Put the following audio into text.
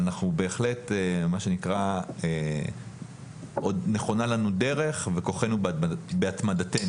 אבל בהחלט עוד נכונה לנו דרך, וכוחנו בהתמדתנו.